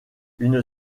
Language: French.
une